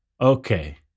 Okay